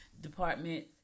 Department